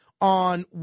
on